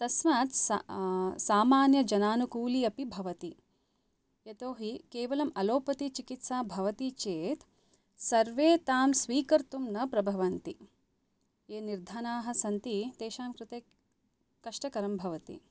तस्मात् स सामान्यजनानुकूलि अपि भवति यतोहि केवलम् अलोपति चिकित्सा भवति चेत् सर्वे तां स्वीकर्तुं न प्रभवन्ति ये निर्धनाः सन्ति तेषां कृते कष्टकरं भवति